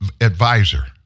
advisor